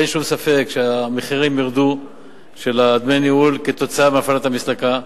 אין שום ספק שהמחירים של דמי הניהול ירדו כתוצאה מהפעלת המסלקה.